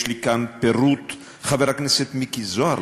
יש לי כאן פירוט: חבר הכנסת מיקי זוהר,